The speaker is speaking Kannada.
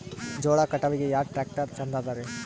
ಜೋಳ ಕಟಾವಿಗಿ ಯಾ ಟ್ಯ್ರಾಕ್ಟರ ಛಂದದರಿ?